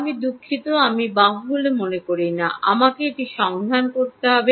আমি দুঃখিত আমি এটি বাহু বলে মনে করি না আমাকে এটি সাবধানে সন্ধান করতে হবে